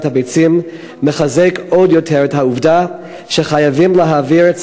הביצים מחזקת עוד יותר את העובדה שחייבים להעביר את